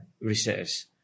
research